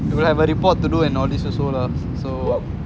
you will have a report to do and all these also lah so